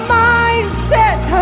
mindset